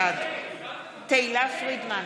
בעד תהלה פרידמן,